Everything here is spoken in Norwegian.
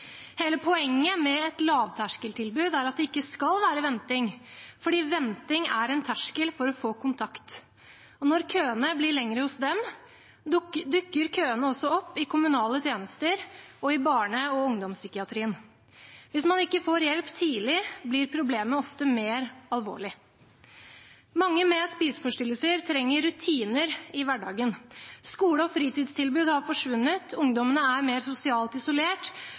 Hele poenget med et lavterskeltilbud er at det ikke skal være venting, fordi venting er en terskel for å få kontakt. Og når køene blir lengre hos dem, dukker køene også opp i kommunale tjenester og i barne- og ungdomspsykiatrien. Hvis man ikke får hjelp tidlig, blir problemet ofte mer alvorlig. Mange med spiseforstyrrelser trenger rutiner i hverdagen. Skole- og fritidstilbud har forsvunnet, ungdommene er mer sosialt isolert,